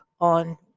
on